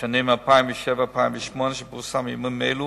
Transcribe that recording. לשנים 2008-2007, שפורסם בימים אלה,